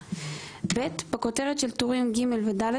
בקשה"; בכותרת של טורים ג' ו-ד',